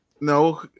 no